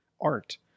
art